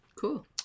Cool